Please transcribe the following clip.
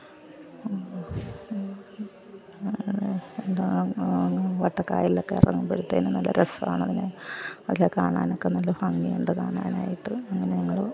എന്താ വട്ടക്കായലിലൊക്കെ ഇറങ്ങുമ്പഴ്ത്തേനും നല്ല രസമാണ് അങ്ങനെ അതിലെ കാണാനൊക്കെ നല്ല ഭംഗിയുണ്ട് കാണാനായിട്ട് അങ്ങനെ ഞങ്ങൾ